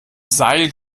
seil